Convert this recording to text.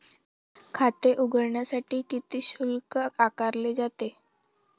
खाते उघडण्यासाठी किती शुल्क आकारले जाते?